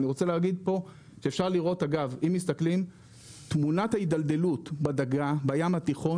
אפשר לראות, תמונת ההידלדלות בדגה בים התיכון,